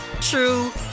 true